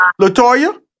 Latoya